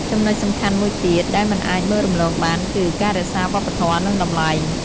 ចំណុចសំខាន់មួយទៀត ដែលមិនអាចមើលរំលងបាន គឺ ការរក្សាវប្បធម៌ និងតម្លៃ ។